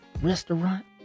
restaurant